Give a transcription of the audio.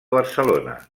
barcelona